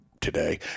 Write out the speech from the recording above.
today